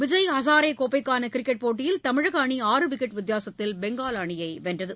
விஜய் ஹஜாரே கோப்பைக்கான கிரிக்கெட் போட்டியில் தமிழகம் அணி ஆறு விக்கெட் வித்தியாசத்தில் பெங்கால் அணியை வென்றது